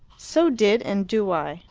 so did and do i.